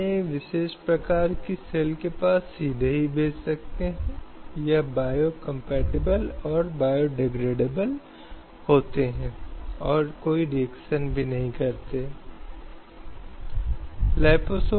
जिससे इस तरह के नृत्य प्रदर्शनों को अभी भी अनुमति दी जानी चाहिए ताकि राज्य की जिम्मेदारी यह सुनिश्चित हो सके कि सभी स्थानों पर महिलाओं के बचाव और सुरक्षा सुनिश्चित हो सके जहां महिलाएं कार्यरत हैं और स्टार होटल और गैर की समझ में अंतर है